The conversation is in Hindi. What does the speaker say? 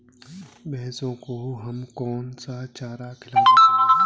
भैंसों को हमें कौन सा चारा खिलाना चाहिए?